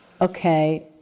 okay